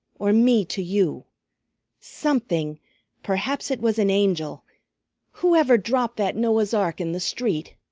or me to you something perhaps it was an angel whoever dropped that noah's ark in the street.